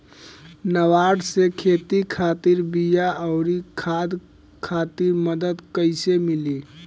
नाबार्ड से खेती खातिर बीया आउर खाद खातिर मदद कइसे मिली?